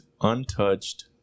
untouched